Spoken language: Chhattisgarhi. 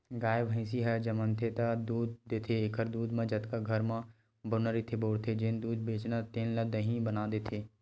गाय, भइसी ह जमनथे त दूद देथे एखर दूद म जतका घर म बउरना रहिथे बउरथे, जेन दूद बाचथे तेन ल दही बना देथे